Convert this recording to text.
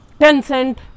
Tencent